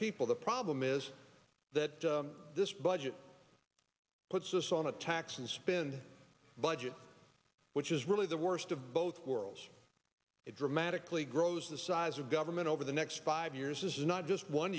people the problem is that this budget puts us on a tax and spend budget which is really the worst of both worlds it dramatically grows the size of government over the next five years is not just one